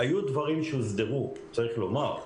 היו דברים שהוסדרו, צריך לומר.